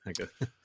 okay